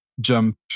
jump